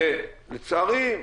ולצערי,